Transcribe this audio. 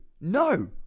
no